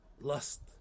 lust